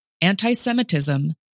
anti-Semitism